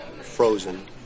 frozen